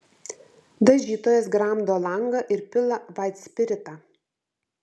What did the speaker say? dažytojas gramdo langą ir pila vaitspiritą